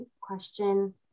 question